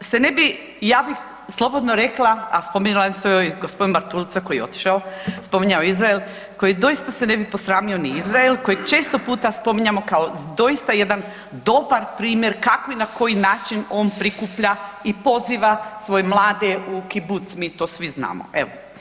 se ne bi, ja bih slobodno rekla a spominjao je i g. Bartulica koji je otišao, spominjao je Izrael, koji doista se ne bi posramio ni Izrael kojeg često puta spominjemo kao doista jedan dobar primjer kako i na koji način prikuplja i poziva svoje mlade u kibuc, mi to svi znamo, evo.